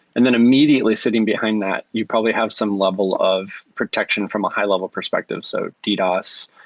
and then immediately sitting behind, that you probably have some level of protection from a high-level perspective, so ddos,